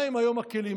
מהם היום הכלים?